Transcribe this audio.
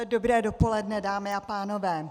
Dobré dopoledne, dámy a pánové.